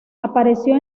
apareció